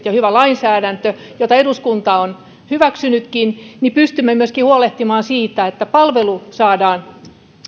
ja hyvä lainsäädäntö jonka eduskunta on hyväksynytkin pystymme myöskin huolehtimaan siitä että palvelu saadaan